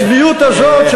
הצביעות הזאת,